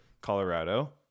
Colorado